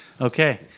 Okay